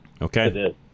Okay